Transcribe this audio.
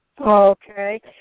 Okay